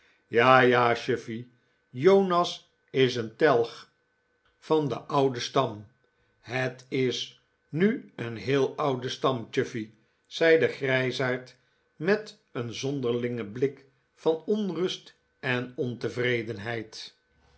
ontwakenja ja chuffey jonas is een telg van den ouden stam het is nu een heel oude stam chuffey zei de grijsaard met een zonderlingen blik van onrust en ontevredenheid